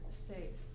state